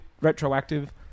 retroactive